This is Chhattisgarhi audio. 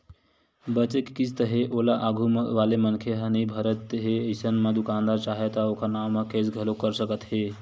बचें के किस्त हे ओला आघू वाले मनखे ह नइ भरत हे अइसन म दुकानदार चाहय त ओखर नांव म केस घलोक कर सकत हे